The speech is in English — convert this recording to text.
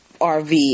RV